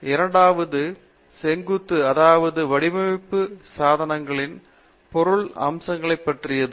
இரண்டாவது செங்குத்து அதாவது வடிவமைப்பு சாதனங்களின் பொருள் அம்சங்களைப் பற்றியது